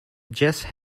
jesse